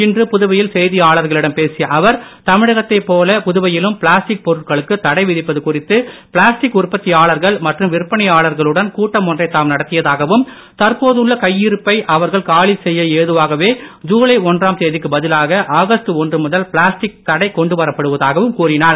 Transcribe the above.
இன்று புதுவையில் செய்தியாளர்களிடம் பேசிய அவர் தமிழகத்தைப் போல புதுவையிலும் பிளாஸ்டிக் பொருட்களுக்கு தடை விதிப்பது குறித்து பிளாஸ்டிக் உற்பத்தியாளர்கள் மற்றும் விற்பனையாளர்களுடன் கூட்டம் ஒன்றை தாம் நடத்தியதாகவும் தற்போதுள்ள கையிருப்பை இவர்கள் காலி செய்ய ஏதுவாகவே ஜுலை ஒன்றாம் தேதிக்கு பதிலாக ஆகஸ்ட் ஒன்று முதல் பிளாஸ்டிக் தடை கொண்டு வரப்படுவதாகவும் கூறினார்